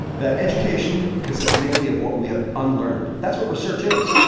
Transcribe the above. that education consists mainly of what we have unlearned. that's what research is.